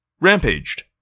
rampaged